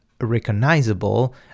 recognizable